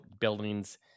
buildings